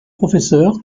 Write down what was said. professeur